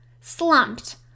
slumped